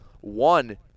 one